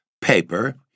Paper